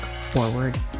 forward